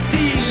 See